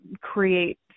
create